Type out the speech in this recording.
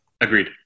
Agreed